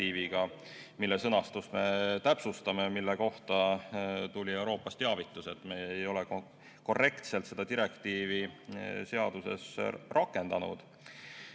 mille sõnastust me täpsustame. Selle kohta tuli Euroopast teavitus, et me ei ole korrektselt seda direktiivi seaduses rakendanud. Mis